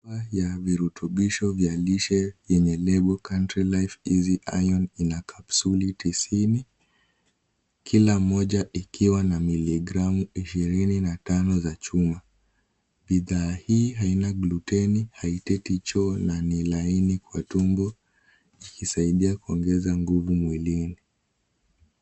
Badhi ya virutubisho vya lishe vyenye lebo Country Life easy iron ina kapsuli tisini, kila moja ikiwa na miligramu ishirini na tano ya chuma. Bidhaa hii haina gluteni haileti choo na ni laini kwa tumbo ikisaidia kuongeza nguvu mwilini.